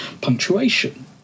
punctuation